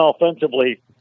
offensively